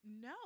no